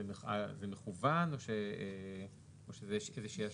זה מכוון או שזאת איזושהי השמטה?